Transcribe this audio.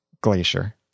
Glacier